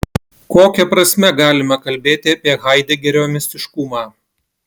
kokia prasme galima kalbėti apie haidegerio mistiškumą